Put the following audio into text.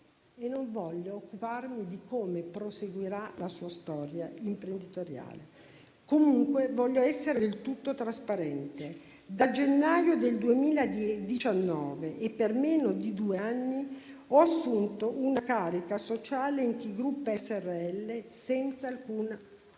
e non voglio occuparmi di come proseguirà la sua storia imprenditoriale. Comunque, voglio essere del tutto trasparente: da gennaio del 2019, per meno di due anni, ho assunto una carica sociale in Ki Group Srl senza alcun